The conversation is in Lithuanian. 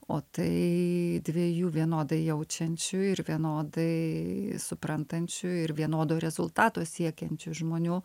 o tai dviejų vienodai jaučiančių ir vienodai suprantančių ir vienodo rezultato siekiančių žmonių